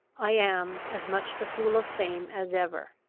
i am as much the fool of fame as ever.